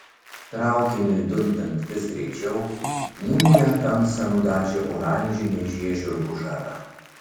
traukiniui dundant vis greičiau niūrią tamsą nudažė oranžinė žiežirbų žara